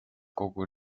kogu